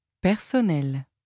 Personnel